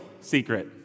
secret